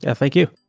ah thank you.